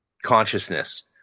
Consciousness